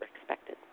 expected